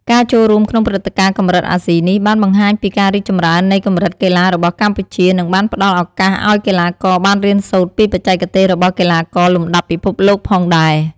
ការចូលរួមក្នុងព្រឹត្តិការណ៍កម្រិតអាស៊ីនេះបានបង្ហាញពីការរីកចម្រើននៃកម្រិតកីឡារបស់កម្ពុជា និងបានផ្ដល់ឱកាសឱ្យកីឡាករបានរៀនសូត្រពីបច្ចេកទេសរបស់កីឡាករលំដាប់ពិភពលោកផងដែរ។